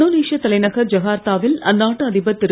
இந்தோனேஷியத் தலைநகர் ஜாகர்தா வில் அந்நாட்டு அதிபர் திரு